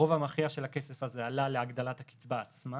הרוב המכריע של הכסף הזה עלה להגדלה הקצבה עצמה